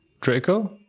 Draco